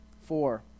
Four